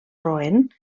roent